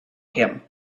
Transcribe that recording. him